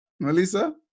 Melissa